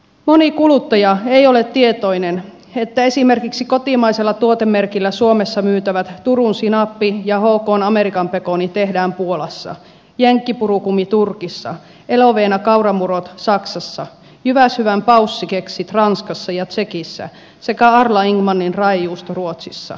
moni kuluttaja ei ole tietoinen että esimerkiksi kotimaisella tuotemerkillä suomessa myytävät turun sinappi ja hkn amerikan pekoni tehdään puolassa jenkki purukumi turkissa elovena kauramurot saksassa jyväshyvän paussi keksit ranskassa ja tsekissä sekä arla ingmanin raejuusto ruotsissa